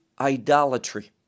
idolatry